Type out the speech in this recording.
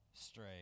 straight